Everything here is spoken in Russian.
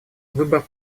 выбор